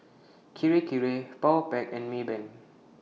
Kirei Kirei Powerpac and Maybank